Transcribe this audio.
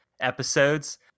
episodes